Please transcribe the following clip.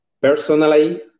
Personally